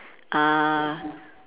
uh